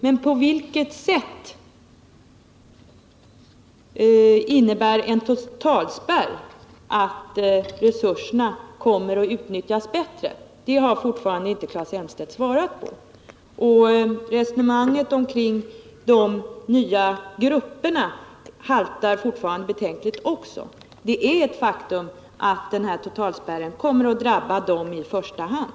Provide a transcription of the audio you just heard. Men på vilket sätt innebär en totalspärr att resurserna kommer att utnyttjas bättre? Det har Claes Elmstedt inte svarat på. Och resonemanget omkring de nya grupperna haltar fortfarande betänkligt. Det är ett faktum att totalspärren kommer att drabba dem i första hand.